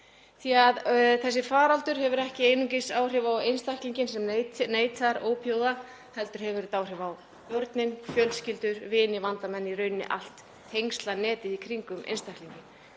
því að þessi faraldur hefur ekki einungis áhrif á einstaklinginn sem neytir ópíóíða heldur hefur hann áhrif á börnin, fjölskyldur, vini og vandamenn, í rauninni allt tengslanetið í kringum einstaklinginn.